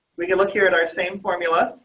we can look here at our same formula.